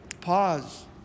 pause